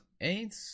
eight